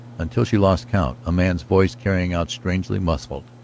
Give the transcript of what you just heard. until she lost count a man's voice crying out strangely, muffled.